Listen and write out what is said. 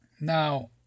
Now